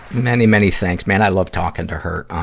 many, many thanks. man, i love talking to her.